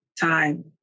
Time